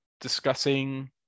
discussing